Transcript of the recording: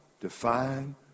define